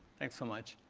thanks so much.